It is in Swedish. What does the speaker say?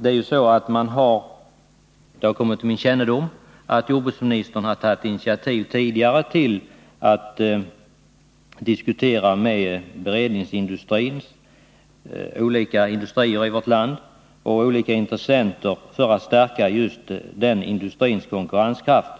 Det har kommit till min kännedom att jordbruksministern tidigare har tagit initiativ till diskussioner med beredningsindustrin för att stärka just den industrins konkurrenskraft.